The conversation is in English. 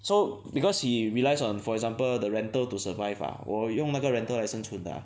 so because he relies on for example the rental to survive ah 我有用那个 rental 来生存的 ah